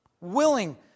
Willing